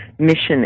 mission